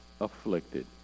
afflicted